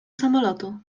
samolotu